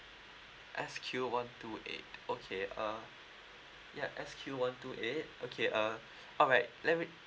S Q one two eight okay uh yup S_Q one two eight okay uh alright let me